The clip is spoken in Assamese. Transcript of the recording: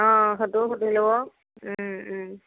অঁ সেইটোও সুধি ল'ব